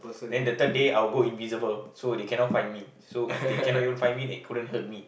then the third day I will go invisible so they cannot find me so if they cannot even find me they couldn't hurt me